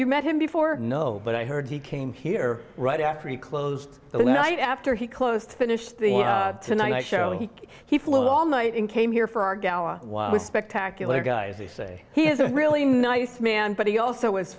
you met him before no but i heard he came here right after he closed the night after he closed finished the tonight show he he flew all night and came here for our gala spectacular guys they say he is a really nice man but he also was